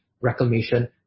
reclamation